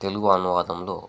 Telugu అనువాదంలో